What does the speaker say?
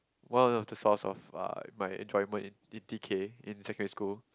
one of the source of uh my enjoyment in in T_K in secondary school